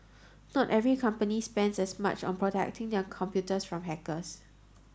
not every company spends as much on protecting their computers from hackers